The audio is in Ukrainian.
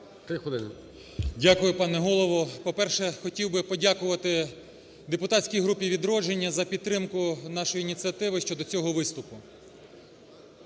Дякую, пане Голово! По-перше, хотів би подякувати депутатській групі "Відродження" за підтримку щодо нашої ініціативи щодо цього виступу.